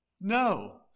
No